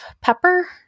Pepper